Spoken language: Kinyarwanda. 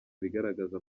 ibigaragaza